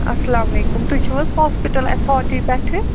اَسلامُ علیکُم تُہۍ چھِو حظ ہاسپِٹل ایتھارٹی پٮ۪ٹھٕ